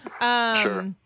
Sure